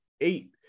eight